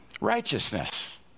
Righteousness